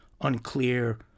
unclear